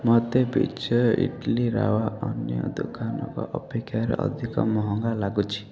ମୋତେ ବିଜୟ ଇଡ୍ଲି ରାୱା ଅନ୍ୟ ଦୋକାନ ଅପେକ୍ଷା ଅଧିକ ମହଙ୍ଗା ଲାଗୁଛି